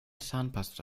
zahnpasta